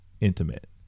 intimate